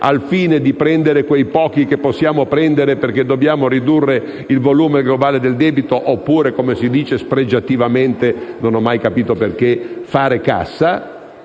al fine di prendere quei pochi soldi che possiamo prendere, perché dobbiamo ridurre il volume globale del debito oppure - come si dice spregiativamente e non ho mai capito perché - dobbiamo fare cassa.